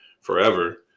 forever